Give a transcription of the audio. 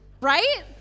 right